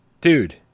dude